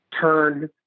turn